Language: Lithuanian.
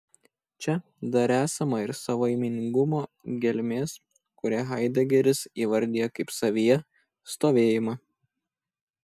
čia dar esama ir savaimingumo gelmės kurią haidegeris įvardija kaip savyje stovėjimą